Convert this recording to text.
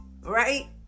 right